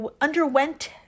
underwent